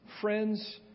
friends